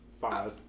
Five